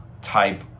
type